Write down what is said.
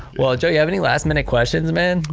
well joe you have any last minute questions man?